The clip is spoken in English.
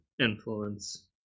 influence